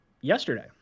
yesterday